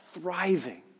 thriving